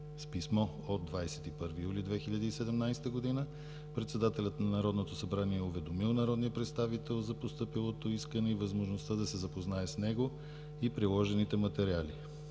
С писмо от 21 юли 2017 г. председателят на Народното събрание е уведомил народния представител за постъпилото искане, и възможността да се запознае с него и приложените материали.